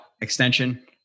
Extension